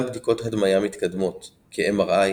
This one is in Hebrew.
גם בדיקות הדמיה מתקדמות כ-MRI,